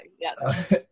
yes